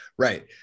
Right